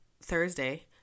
Thursday